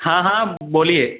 हाँ हाँ बोलिए